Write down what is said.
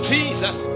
Jesus